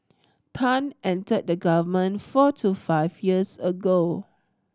Tan entered the government four to five years ago